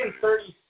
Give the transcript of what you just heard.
thirty